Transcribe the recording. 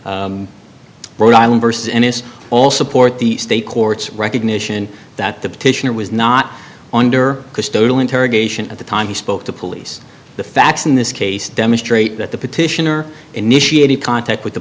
rhode island and is all support the state courts recognition that the petitioner was not under custodial interrogation at the time he spoke to police the facts in this case demonstrate that the petitioner initiated contact with the